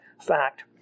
fact